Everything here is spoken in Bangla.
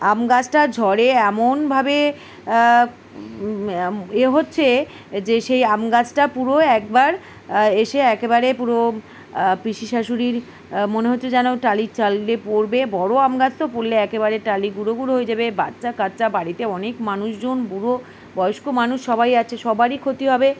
আম গাছটার ঝড়ে এমনভাবে এ হচ্ছে যে সেই আম গাছটা পুরো একবার এসে একেবারে পুরো পিসি শাশুড়ির মনে হচ্ছে যেন টালি চালে পরবে বড়ো আম গাছ তো পরলে একেবারে টালি গুঁড়ো গুঁড়ো হয়ে যাবে বাচ্চা কাচ্চা বাড়িতে অনেক মানুষজন বুড়ো বয়স্ক মানুষ সবাই আছে সবারই ক্ষতি হবে